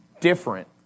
different